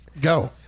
go